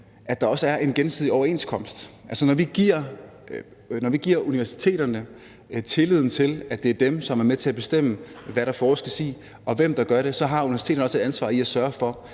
at der også er en gensidig overenskomst. Når vi viser universiteterne den tillid, at det er dem, som er med til at bestemme, hvad der forskes i, og hvem der gør det, så har universiteterne også et ansvar for at sørge for,